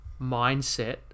mindset